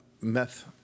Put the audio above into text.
meth